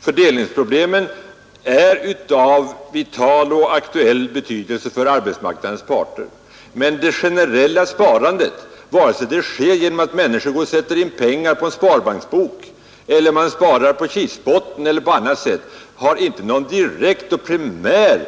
Fördelningsproblemen är av vital och aktuell betydelse för arbetsmarknadens parter. Men det generella sparandet, vare det sig det sker genom att människor sätter in pengar på en sparbanksbok eller de samlar på kistbotten eller sparar på annat sätt, har inte någon direkt och primär